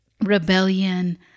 rebellion